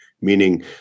Meaning